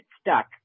stuck